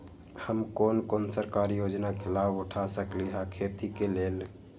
हम कोन कोन सरकारी योजना के लाभ उठा सकली ह खेती के लेल?